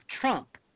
Trump